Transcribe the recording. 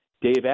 Dave